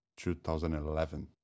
2011